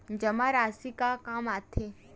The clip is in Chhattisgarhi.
जमा राशि का काम आथे?